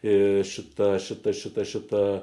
ir šita šita šita šita